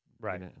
Right